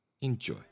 Enjoy